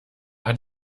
hat